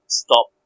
stop